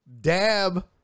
dab